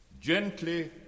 Gently